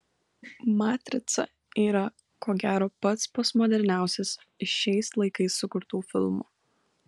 matrica yra ko gero pats postmoderniausias iš šiais laikais sukurtų filmų